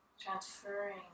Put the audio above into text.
transferring